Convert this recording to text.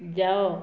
ଯାଅ